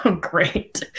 Great